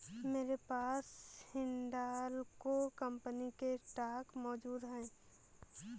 मेरे पास हिंडालको कंपनी के स्टॉक मौजूद है